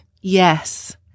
Yes